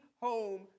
home